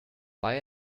buy